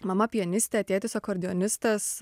mama pianistė tėtis akordeonistas